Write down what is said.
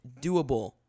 doable